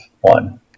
one